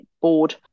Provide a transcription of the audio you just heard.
board